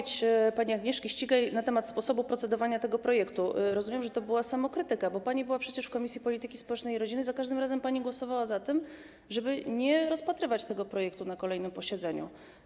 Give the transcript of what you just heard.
Jeśli chodzi o wypowiedź pani Agnieszki Ścigaj na temat sposobu procedowania nad tym projektem, rozumiem, że to była samokrytyka, bo pani była przecież w Komisji Polityki Społecznej i Rodziny i za każdym razem pani głosowała za tym, żeby nie rozpatrywać tego projektu na kolejnym posiedzeniu.